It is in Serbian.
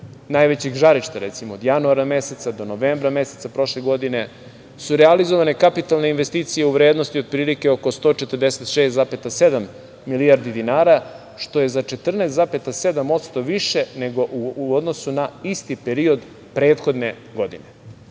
najvećeg žarišta od januara meseca do novembra meseca prošle godine su realizovane kapitalne investicije u vrednosti otprilike oko 146,7 milijardi dinara što je za 14,7% više nego u odnosu na isti period prethodne godine.U